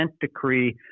decree